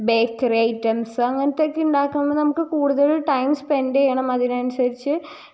bakery items അങ്ങനത്തെ ഒക്കെ ഉണ്ടാക്കുമ്പം നമുക്ക് കൂടുതലും ടൈം സ്പെൻഡ് ചെയ്യണം അതിനനുസരിച്ച്